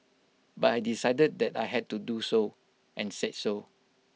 but I decided that I had to do so and said so